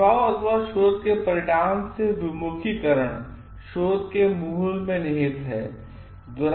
भेदभाव अथवा शोध के एक परिणाम से विमुखीकरण शोध के मूल में निहित है